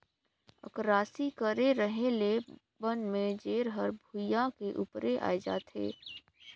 अकरासी करे रहें ले बन में जेर हर भुइयां के उपरे आय जाथे